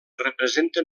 representen